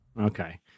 okay